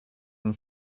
and